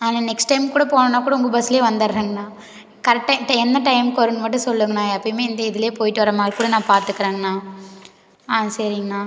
ஆ நான் next time கூட போகணுன்னா கூட உங்கள் பஸ்சிலே வந்துடுறேங்கண்ணா கரெக்ட் டைம் இப்போது என்ன டைம்க்கு வரும்ன்னு மட்டும் சொல்லுங்கண்ணா நான் எப்பையுமே இந்த இதுலேயே போய்ட்டு வர மாதிரி கூட நான் பார்த்துக்குறேங்ண்ணா ஆ சரிங்ண்ணா